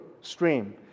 stream